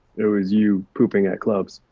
it was you pooping at clubs.